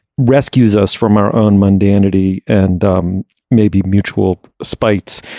rescues us from our own mundanity and um maybe mutual spite.